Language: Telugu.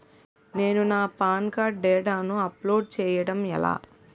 నేను నా పాన్ కార్డ్ డేటాను అప్లోడ్ చేయడం ఎలా?